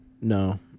No